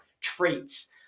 traits